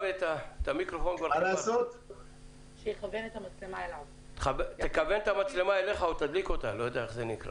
אני רוצה להגיד לך, קודם כל, ואני לא מחמיא לך